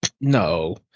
No